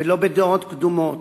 ולא בדעות קדומות,